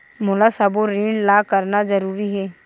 मोला सबो ऋण ला करना जरूरी हे?